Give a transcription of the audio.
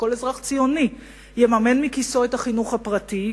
וכל אזרח ציוני יממן מכיסו את החינוך הפרטי,